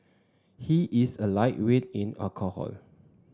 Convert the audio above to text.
he is a lightweight in alcohol